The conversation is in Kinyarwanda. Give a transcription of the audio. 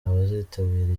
abazitabira